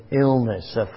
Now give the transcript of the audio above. illness